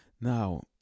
Now